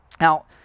Now